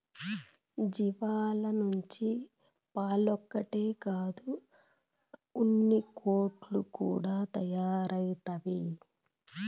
జీవాల నుంచి పాలొక్కటే కాదు ఉన్నికోట్లు కూడా తయారైతవి